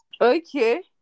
okay